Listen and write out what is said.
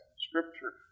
Scripture